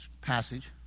passage